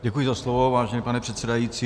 Děkuji za slovo, vážený pane předsedající.